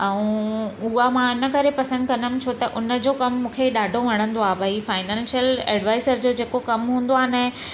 ऐं उहा मां हिन करे पसंदि कंदमि छो त उनजो कम मूंखे ॾाढो वणंदो आहे भई फाइनैंशियल एडवाइज़र जो जेको कमु हूंदो आहे न